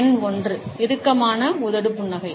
எண் 1 இறுக்கமான உதடு புன்னகை